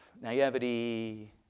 naivety